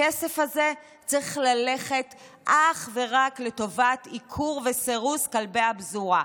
הכסף הזה צריך ללכת אך ורק לטובת עיקור וסירוס כלבי הפזורה.